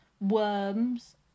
worms